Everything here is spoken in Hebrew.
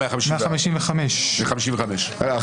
155. מה